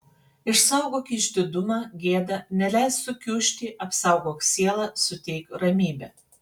išsaugok išdidumą gėdą neleisk sukiužti apsaugok sielą suteik ramybę